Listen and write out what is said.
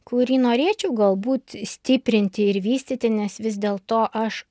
kurį norėčiau galbūt stiprinti ir vystyti nes vis dėlto aš